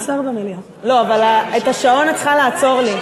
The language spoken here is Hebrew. את השעון את צריכה לעצור לי.